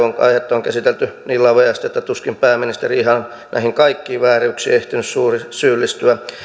on käsitelty niin laveasti että tuskin pääministeri ihan näihin kaikkiin vääryyksiin on ehtinyt syyllistyä